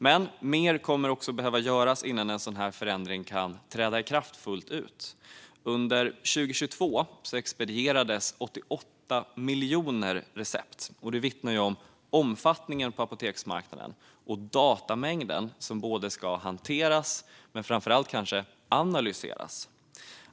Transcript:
Men mer behöver göras innan en sådan förändring kan träda i kraft fullt ut. Under 2022 expedierades 88 miljoner recept, vilket vittnar om omfattningen på apoteksmarknaden och den mängd data som både ska hanteras och framför allt analyseras.